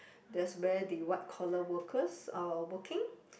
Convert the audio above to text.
that's where the white collar workers are working